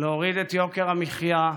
להוריד את יוקר המחיה,